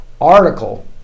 article